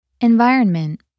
environment